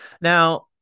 Now